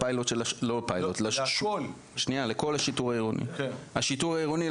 לכל השיטור העירוני; השיטור העירוני,